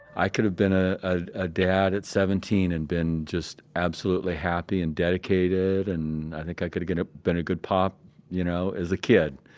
i could have been a, a a dad at seventeen and been just absolutely happy and dedicated, and i think i could of been a been a good pop you know, as a kid.